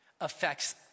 affects